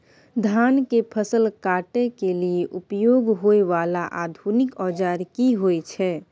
धान के फसल काटय के लिए उपयोग होय वाला आधुनिक औजार की होय छै?